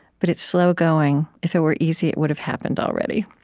but it's slow-going. if it were easy, it would have happened already.